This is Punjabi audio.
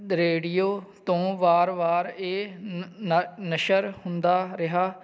ਰੇਡੀਓ ਤੋਂ ਵਾਰ ਵਾਰ ਇਹ ਨਸ਼ਰ ਹੁੰਦਾ ਰਿਹਾ